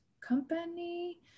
company